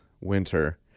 winter